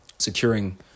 securing